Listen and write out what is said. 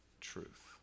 truth